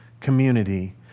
community